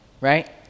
right